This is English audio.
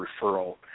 referral